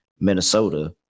Minnesota